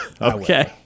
Okay